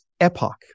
epoch